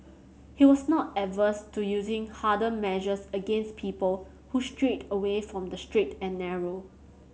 he was not averse to using harder measures against people who strayed away from the straight and narrow